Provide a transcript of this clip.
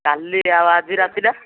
କାଲି ଆଉ ଆଜି ରାତିଟା